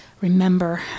remember